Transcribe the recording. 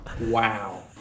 Wow